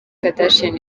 kardashian